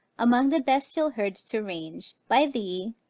among the bestial herds to range by thee,